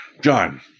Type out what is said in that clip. John